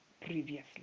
previously